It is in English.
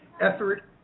effort